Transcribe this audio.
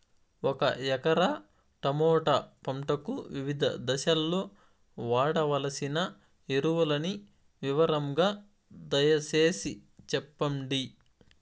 ఒక ఎకరా టమోటా పంటకు వివిధ దశల్లో వాడవలసిన ఎరువులని వివరంగా దయ సేసి చెప్పండి?